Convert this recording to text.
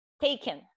taken